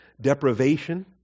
deprivation